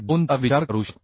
5 चा विचार करू शकतो